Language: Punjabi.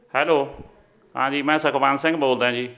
ਹੈਲੋ ਹਾਂਜੀ ਮੈਂ ਸੁਖਵੰਤ ਸਿੰਘ ਬੋਲਦਾ ਜੀ